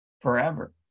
forever